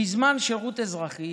בזמן שירות אזרחי.